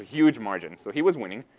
huge margin. so he was winning,